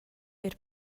eir